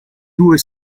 due